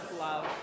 love